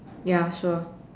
ya sure